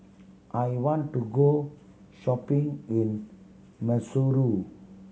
I want to go shopping in Maseru